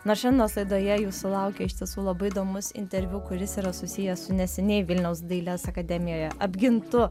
nors šiandienos laidoje jūsų laukia iš tiesų labai įdomus interviu kuris yra susijęs su neseniai vilniaus dailės akademijoje apgintu